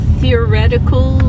theoretical